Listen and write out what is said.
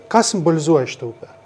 ką simbolizuoja šita upė